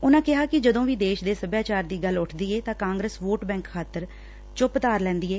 ਉਨਾਂ ਕਿਹਾ ਕਿ ਜਦੋਂ ਵੀ ਦੇਸ਼ ਦੇ ਸਭਿਆਚਾਰ ਦੀ ਗੱਲ ਉਠਈ ਏ ਤਾਂ ਕਾਂਗਰਸ ਵੋਟ ਬੈਂਕ ਖਾਤਰ ਚੁਪ ਧਾਰ ਲੈਂਦੀ ਏ